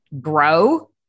grow